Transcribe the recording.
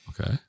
Okay